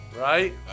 right